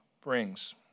brings